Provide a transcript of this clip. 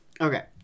Okay